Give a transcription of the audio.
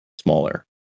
smaller